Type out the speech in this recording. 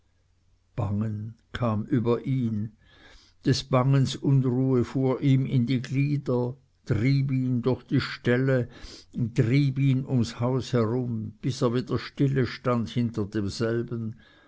bangen kam über ihn des bangens unruhe fuhr ihm in die glieder trieb ihn durch die ställe trieb ihn ums haus herum bis er wieder stillestund hinter demselben